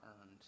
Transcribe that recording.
earned